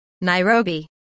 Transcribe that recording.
Nairobi